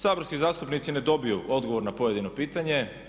Saborski zastupnici ne dobiju odgovor na pojedino pitanje.